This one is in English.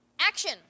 action